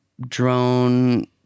drone